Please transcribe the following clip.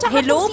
Hello